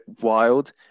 wild